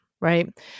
right